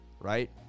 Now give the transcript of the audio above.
right